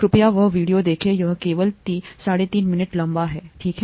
कृपया वह वीडियो देखें यह केवल 35 मिनट लंबा है ठीक है